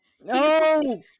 No